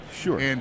Sure